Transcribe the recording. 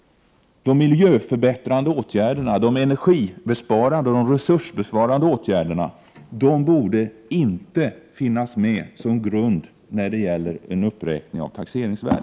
De miljöförbättrande åtgärderna, de energibesparande och resursbesparande åtgärderna, borde inte finnas med som grund när det gäller uppräkningen av taxeringsvärdet.